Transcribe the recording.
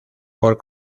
por